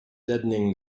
deadening